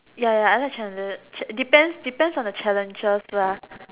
ya ya I like challenges depends depends on the challenges lah